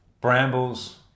Brambles